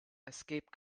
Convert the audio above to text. escape